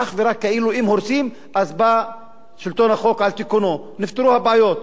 אך ורק כאילו אם הורסים אז בא שלטון החוק על תיקונו ונפתרו הבעיות.